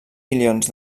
milions